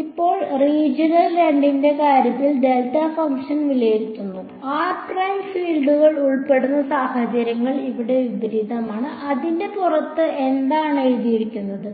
ഇപ്പോൾ റീജിയൻ 2 ന്റെ കാര്യത്തിൽ ഡെൽറ്റ ഫംഗ്ഷൻ വിലയിരുത്തുന്നു r പ്രൈം ഫീൽഡിൽ ഉൾപ്പെടുമ്പോൾ സാഹചര്യങ്ങൾ ഇവിടെ വിപരീതമാണ് അതിന്റെ പുറത്ത് എപ്പോഴാണ് ഇരിക്കുന്നത്